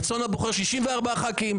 רצון הבוחר הוא 64 חברי כנסת.